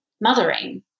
mothering